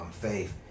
faith